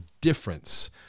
difference